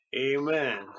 Amen